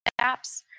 apps